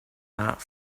not